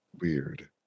Weird